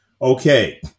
Okay